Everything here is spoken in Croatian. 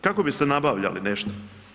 Kako biste nabavljali nešto?